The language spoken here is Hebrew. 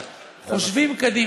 חושבים קדימה.